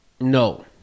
No